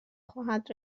خواهد